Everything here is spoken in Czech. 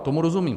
Tomu rozumím.